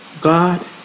God